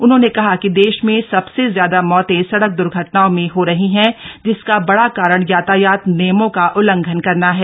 उन्होंने कहा कि देश में सबसे ज्याद मौतें सड़क द्र्घटनाओं में हो रही हैं जिसका बड़ा कारण यातायात नियमों का उल्लंघन करना है